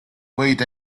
wait